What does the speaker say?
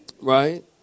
Right